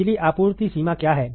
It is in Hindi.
बिजली आपूर्ति सीमा क्या है